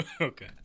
Okay